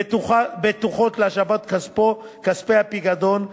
בטוחות להשבת כספי הפיקדון,